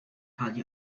hardly